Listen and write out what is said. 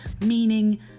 meaning